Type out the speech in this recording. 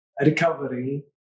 recovery